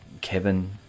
Kevin